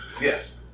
Yes